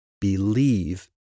Believe